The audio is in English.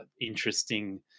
interesting